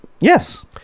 yes